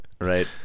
Right